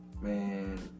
Man